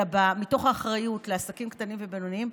אלא מתוך אחריות לעסקים קטנים ובינוניים,